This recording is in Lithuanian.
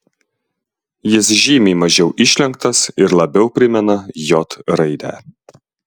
jis žymiai mažiau išlenktas ir labiau primena j raidę